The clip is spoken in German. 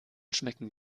schmecken